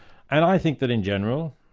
and i think that in general,